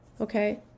okay